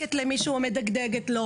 משחקת או מדגדגת למישהו.